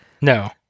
No